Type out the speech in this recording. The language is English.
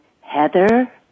Heather